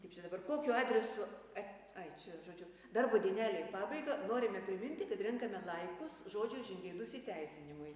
kaip čia dabar kokiu adresu at ai čia žodžiu darbo dienelė į pabaigą norime priminti kad renkame laikus žodžio žingeidus įteisinimui